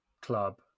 club